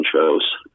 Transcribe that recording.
shows